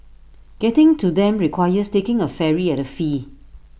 getting to them requires taking A ferry at A fee